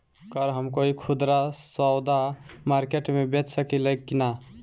गर हम कोई खुदरा सवदा मारकेट मे बेच सखेला कि न?